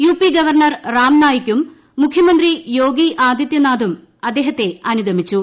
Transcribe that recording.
U P governor റാംനായിക്കും മുഖ്യമന്ത്രി യോഗി ആദിത്യനാഥും അദ്ദേഹത്തെ അനുഗമിച്ചു